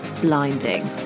blinding